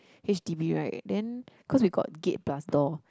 H_D_B right then cause we got gate pass door